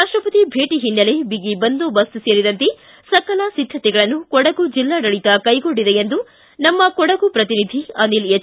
ರಾಪ್ಟಸತಿ ಭೇಟಿ ಹಿನ್ನಲೆ ಬಿಗಿ ಬಂದೋಬಸ್ತ್ ಸೇರಿದಂತೆ ಸಕಲ ಸಿದ್ಧತೆಗಳನ್ನು ಕೊಡಗು ಜಿಲ್ಲಾಡಳಿತ ಕೈಗೊಂಡಿದೆ ಎಂದು ನಮ್ಮ ಕೊಡಗು ಪ್ರತಿನಿಧಿ ಅನಿಲ್ ಎಚ್